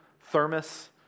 thermos